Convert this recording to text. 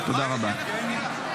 הוא לא אמר את זה מהדוכן, אופיר.